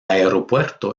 aeropuerto